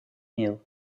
meal